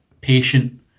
patient